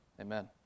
amen